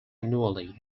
annually